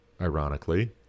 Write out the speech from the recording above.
ironically